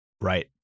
Right